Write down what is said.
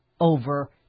over